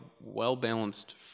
well-balanced